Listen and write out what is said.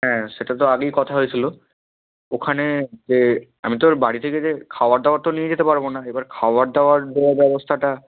হ্যাঁ সেটা তো আগেই কথা হয়েছিলো ওখানে যেয়ে আমি তো আর বাড়িতে থেকে যেয়ে খাবার দাবার তো নিয়ে যেতে পারবো না এবার খাবার দাবার দেওয়ার ব্যবস্থাটা